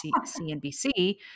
CNBC-